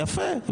יפה.